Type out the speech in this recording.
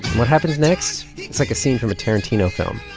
what happens next looks like a scene from a tarantino film